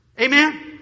Amen